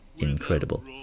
incredible